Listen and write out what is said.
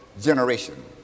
generation